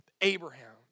Abraham